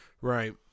right